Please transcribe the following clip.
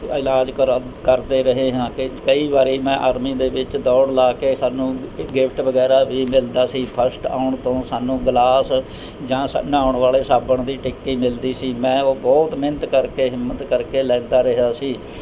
ਇਲਾਜ ਕਰਾ ਕਰਦੇ ਰਹੇ ਹਾਂ ਕਿ ਕਈ ਵਾਰੀ ਮੈਂ ਆਰਮੀ ਦੇ ਵਿੱਚ ਦੌੜ ਲਗਾ ਕੇ ਸਾਨੂੰ ਗਿਫਟ ਵਗੈਰਾ ਵੀ ਮਿਲਦਾ ਸੀ ਫਸਟ ਆਉਣ ਤੋਂ ਸਾਨੂੰ ਗਿਲਾਸ ਜਾਂ ਨਾਉਣ ਵਾਲੇ ਸਾਬਣ ਦੀ ਟਿੱਕੀ ਮਿਲਦੀ ਸੀ ਮੈਂ ਉਹ ਬਹੁਤ ਮਿਹਨਤ ਕਰਕੇ ਹਿੰਮਤ ਕਰਕੇ ਲੈਂਦਾ ਰਿਹਾ ਸੀ